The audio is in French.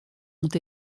ont